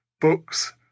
books